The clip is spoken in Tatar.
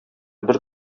бер